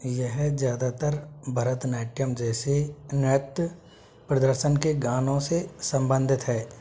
यह ज़्यादातर भरतनाट्यम जैसे नृत्य प्रदर्शन के गानों से संबंधित है